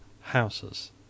houses